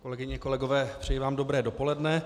Kolegyně a kolegové, přeji vám dobré dopoledne.